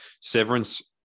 Severance